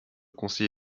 conseil